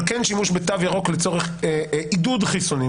של שימוש בתו ירוק לצורך עידוד חיסונים,